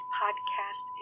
podcast